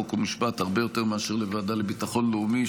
חוק ומשפט הרבה יותר מאשר לוועדה לביטחון לאומי,